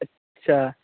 আচ্ছা